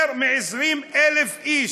יותר מ-20,000 איש,